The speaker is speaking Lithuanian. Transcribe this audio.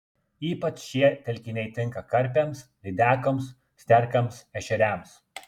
ypač šie telkiniai tinka karpiams lydekoms sterkams ešeriams